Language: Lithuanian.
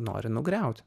nori nugriaut